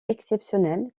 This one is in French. exceptionnel